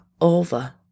over